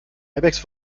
airbags